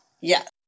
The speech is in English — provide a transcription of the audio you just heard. Yes